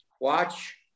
watch